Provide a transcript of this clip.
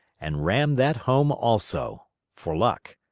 and rammed that home also for luck.